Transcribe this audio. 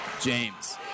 James